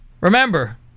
Remember